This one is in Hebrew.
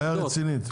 בעיה רצינית.